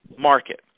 Market